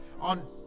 on